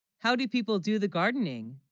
how do people do the gardening